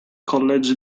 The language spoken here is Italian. college